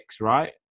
right